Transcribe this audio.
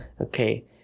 Okay